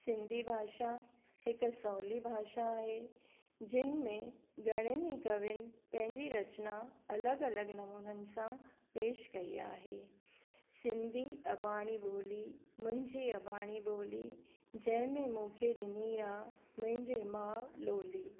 सिंधी भाषा हिकु सवली भाषा आहे जिन में घणनि ई कवियुनि पंहिंजी रचना अलॻि अलॻि नमूननि सां पेशि कई आहे सिंधी अॿाणी ॿोली मुंहिंजी अॿाणी ॿोली जंहिं में मूंखे ॾिनी आहे मुंहिंजी मां लोली